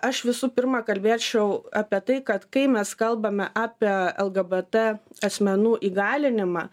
aš visų pirma kalbėčiau apie tai kad kai mes kalbame apie lgbt asmenų įgalinimą